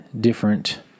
different